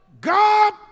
God